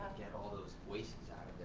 get all those voices